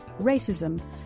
racism